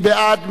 מי נגד?